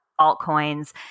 altcoins